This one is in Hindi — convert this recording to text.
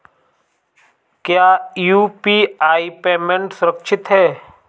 क्या यू.पी.आई पेमेंट सुरक्षित है?